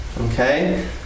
Okay